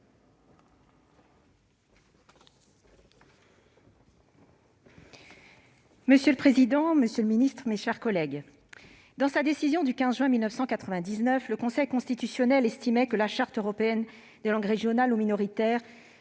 Monsieur le président, monsieur le ministre, mes chers collègues, dans sa décision du 15 juin 1999, le Conseil constitutionnel estimait que la Charte européenne des langues régionales ou minoritaires